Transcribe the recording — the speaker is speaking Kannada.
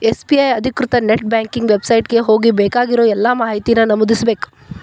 ಎಸ್.ಬಿ.ಐ ಅಧಿಕೃತ ನೆಟ್ ಬ್ಯಾಂಕಿಂಗ್ ವೆಬ್ಸೈಟ್ ಗೆ ಹೋಗಿ ಬೇಕಾಗಿರೋ ಎಲ್ಲಾ ಮಾಹಿತಿನ ನಮೂದಿಸ್ಬೇಕ್